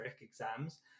exams